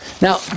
Now